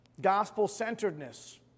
Gospel-centeredness